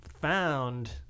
found